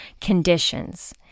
conditions